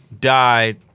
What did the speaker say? died